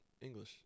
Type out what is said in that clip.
english